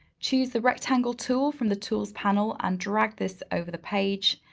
choose the rectangle tool from the tools panel and drag this over the page.